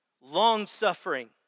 long-suffering